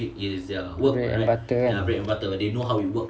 bread and butter right